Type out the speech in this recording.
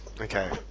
okay